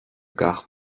gach